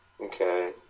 Okay